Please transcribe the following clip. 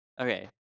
okay